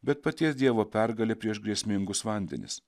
bet paties dievo pergalė prieš grėsmingus vandenis